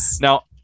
now